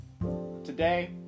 Today